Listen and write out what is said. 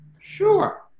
Sure